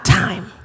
time